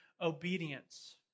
obedience